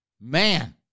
man